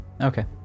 Okay